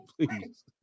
Please